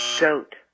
Goat